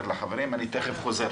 אנחנו נשמע את החברים, אני תכף חוזר.